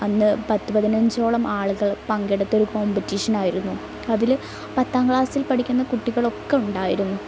അന്ന് പത്ത് പതിനഞ്ചോളം ആളുകള് പങ്കെടുത്തൊരു കോമ്പിറ്റീഷനായിരുന്നു അതില് പത്താം ക്ലാസ്സിൽ പഠിക്കുന്ന കുട്ടികളൊക്കെ ഉണ്ടായിരുന്നു